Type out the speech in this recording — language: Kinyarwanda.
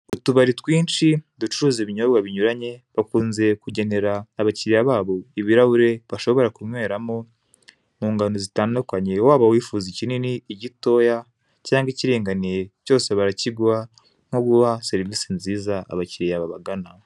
Utubari twinshi ducuruza ibinyobwa binyuranye, bakunze kugenera abakiriya babo ibirahure bashobora kunyweramo mu ngano zitandukanye, waba wifuza ikinini, igitoya, cyangwa ikiringaniye, cyose barakiguha, nko guha serivisi nziza abakiriya babagana.